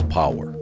power